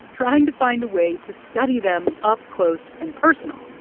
trying to find a way to study them up close and personal.